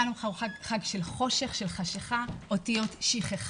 חנוכה הוא חג של חושך, של חשכה, אותיות שכחה,